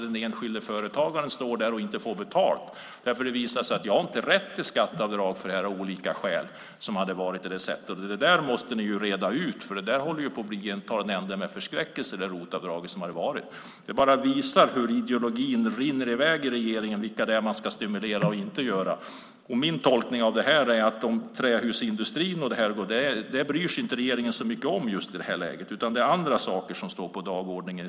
Den enskilda företagaren kanske står där och inte får betalt därför att det visar sig att jag av olika skäl inte har rätt till skatteavdrag. Detta måste ni reda ut eftersom ROT-avdraget håller på att ta en ände med förskräckelse. Detta visar hur ideologin så att säga rinner i väg i regeringen när det handlar om vilka som man ska stimulera och inte. Min tolkning av detta är att regeringen inte bryr sig så mycket om trähusindustrin i just detta läge, utan det är andra saker som står på dagordningen.